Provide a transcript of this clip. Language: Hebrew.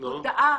הודעה.